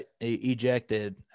ejected